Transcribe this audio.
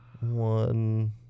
one